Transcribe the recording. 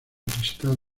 cristal